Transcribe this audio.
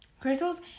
Crystals